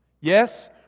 Yes